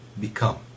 become